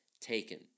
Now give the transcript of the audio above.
taken